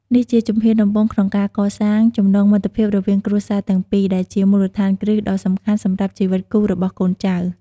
នេះជាជំហានដំបូងក្នុងការកសាង ចំណងមិត្តភាពរវាងគ្រួសារទាំងពីរ ដែលជាមូលដ្ឋានគ្រឹះដ៏សំខាន់សម្រាប់ជីវិតគូរបស់កូនចៅ។